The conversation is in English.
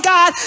God